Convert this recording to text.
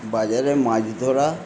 বাজারে মাছ ধরা